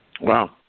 Wow